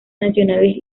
nacionales